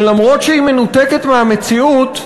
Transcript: שלמרות שהיא מנותקת מהמציאות,